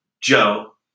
Joe